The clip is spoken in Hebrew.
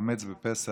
חבר הכנסת יעקב טסלר,